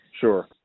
sure